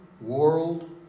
World